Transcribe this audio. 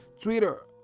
Twitter